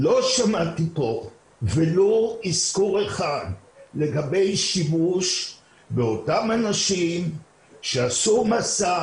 לא שמעתי פה ולו איזכור אחד לגבי שימוש באותם אנשים שעשו מסע,